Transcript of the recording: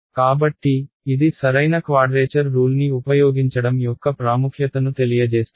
కాబట్టి ఇది సరైన క్వాడ్రేచర్ రూల్ని ఉపయోగించడం యొక్క ప్రాముఖ్యతను తెలియజేస్తుంది